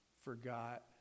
forgot